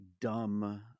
dumb